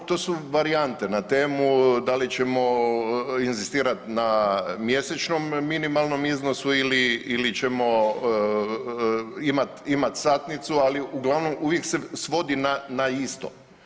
Da, to su varijante na temu, da li ćemo inzistirat na mjesečnom minimalnom iznosu ili ćemo imat satnicu, ali uglavnom, uvijek se svodi na isto.